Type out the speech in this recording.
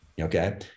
okay